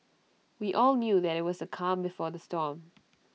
we all knew that IT was the calm before the storm